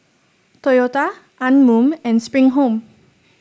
Toyota Anmum and Spring Home